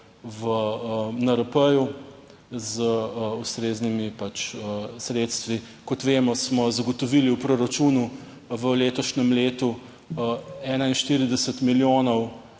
v NRP z ustreznimi sredstvi. Kot vemo, smo zagotovili v proračunu v letošnjem letu 41 milijonov